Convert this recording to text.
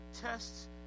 tests